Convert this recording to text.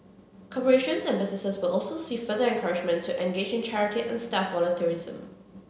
corporations and businesses will also see further encouragement to engage in charity and staff volunteerism